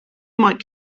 might